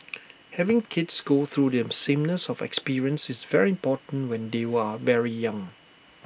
having kids go through them sameness of experience is very important when they very young